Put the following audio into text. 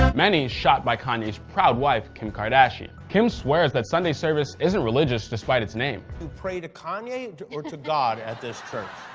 ah many shot by kanye's proud wife kim kardashian. kim swears that sunday service isn't religious despite its name. you pray to kanye or to god at this church?